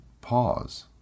pause